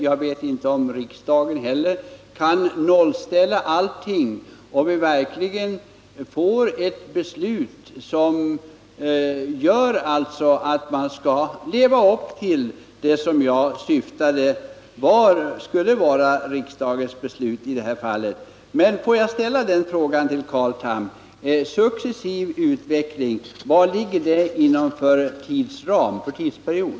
Jag vet inte heller om det är möjligt för riksdagen att fatta ett beslut om att jämställa alla taxor på det sätt som jag här åsyftat. Min fråga till Carl Tham är alltså: Inom vilken tidsram skall den successiva avvecklingen vara slutförd?